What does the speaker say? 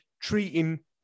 treating